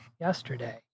yesterday